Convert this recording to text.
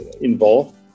involved